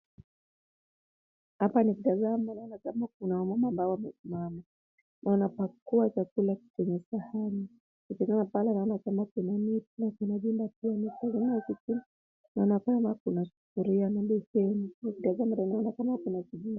Hapa nikitazama naona kwamba kuna wamama ambao wamesimama. Wanapakua chakula kwenye sahani. Nikitazama pale naona kama kuna miti na kuna vyumba pia. Nikitazama huku pia naona kama kuna sufuria na beseni. Nikitazama naona kama kuna kijiko.